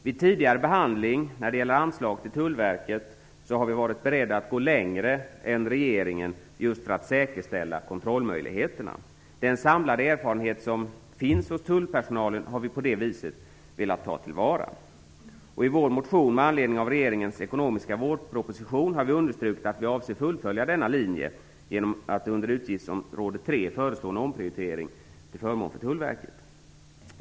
Vid tidigare behandling av anslag till Tullverket har Moderaterna varit beredda att gå längre än regeringen, just för att säkerställa kontrollmöjligheterna. Den samlade erfarenhet som finns hos tullpersonalen har vi på det viset velat ta tillvara. I vår motion med anledning av regeringens ekonomiska vårproposition har vi understrukit att vi avser att fullfölja denna linje genom att under utgiftsområde 3 föreslå en omprioritering till förmån för Tullverket.